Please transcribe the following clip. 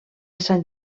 sant